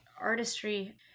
artistry